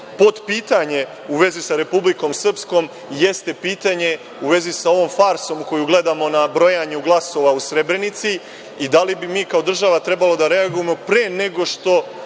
izolovati? Potpitanje u vezi sa Republikom Srpskom jeste pitanje u vezi sa ovom farsom u koju gledamo na brojanju glasova u Srebrenici i da li bi mi kao država trebalo da reagujemo pre nego što